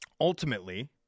ultimately